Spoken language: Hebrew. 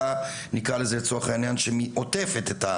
ניכר כי ערכי הספורט והקבוצתיות נשחקים ומתרוקנים מתוכן